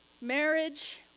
marriage